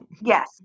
Yes